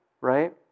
Right